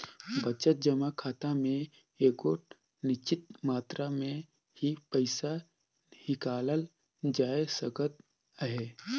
बचत जमा खाता में एगोट निच्चित मातरा में ही पइसा हिंकालल जाए सकत अहे